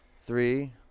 three